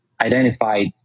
identified